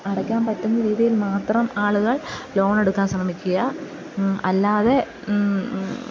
അടയ്ക്കാൻ പറ്റുന്ന രീതിയിൽ മാത്രം ആളുകൾ ലോണെടുക്കാൻ ശ്രമിക്കാൻ അല്ലാതെ